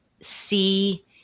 see